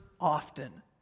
often